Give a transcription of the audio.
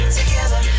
together